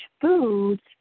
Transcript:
foods